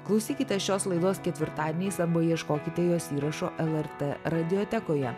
klausykite šios laidos ketvirtadieniais arba ieškokite jos įrašo lrt radiotekoje